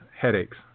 headaches